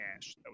Cash